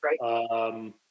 Right